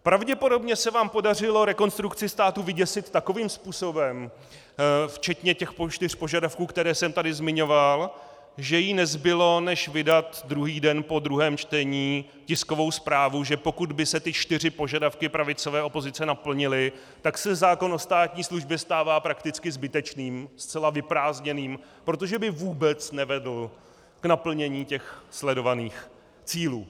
Pravděpodobně se vám podařilo Rekonstrukci státu vyděsit takovým způsobem, včetně těch čtyř požadavků, které jsem tady zmiňoval, že jí nezbylo, než vydat druhý den po druhém čtení tiskovou zprávu, že pokud by se ty čtyři požadavky pravicové opozice naplnily, tak se zákon o státní službě stává prakticky zbytečným, zcela vyprázdněným, protože by vůbec nevedl k naplnění sledovaných cílů.